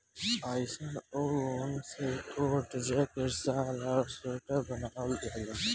अइसन ऊन से कोट, जैकेट, शाल आ स्वेटर बनावल जाला